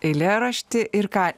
eilėraštį ir ką